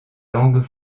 langues